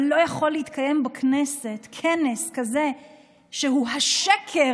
אבל לא יכול להתקיים בכנסת כנס כזה שהוא השקר,